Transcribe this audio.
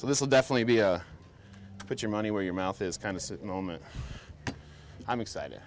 so this will definitely be put your money where your mouth is kind of moment i'm excited